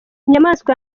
inyamaswa